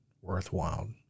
worthwhile